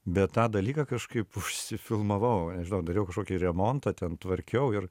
bet tą dalyką kažkaip užsifilmavau nežinau dariau kažkokį remontą ten tvarkiau ir